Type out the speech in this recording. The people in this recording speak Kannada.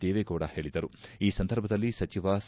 ದೇವೇಗೌಡ ಹೇಳಿದರು ಈ ಸಂದರ್ಭದಲ್ಲಿ ಸಚಿವ ಸಾ